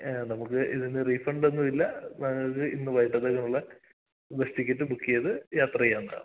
ആ നമുക്ക് ഇതിന് റീഫണ്ടൊന്നുമില്ല വേണമെങ്കിൽ ഇന്ന് വൈകിട്ടത്തേക്കിനുള്ള ബസ്സ് ടിക്കറ്റ് ബുക്ക് ചെയ്ത് യാത്ര ചെയ്യാവുന്നതാണ്